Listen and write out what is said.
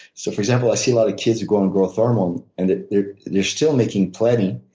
so for example i see a lot of kids who go on growth hormone and they're they're still making plenty.